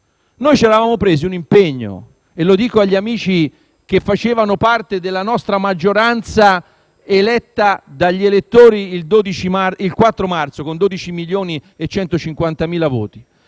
Noi ci eravamo presi un impegno, e lo dico agli amici che facevano parte della nostra maggioranza eletta dagli elettori il 4 marzo con 12.150.000 voti.